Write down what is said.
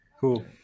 Cool